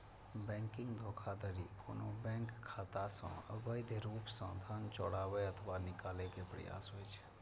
banking धोखाधड़ी कोनो bank खाता सं अवैध रूप सं धन चोराबै अथवा निकाले के प्रयास होइ छै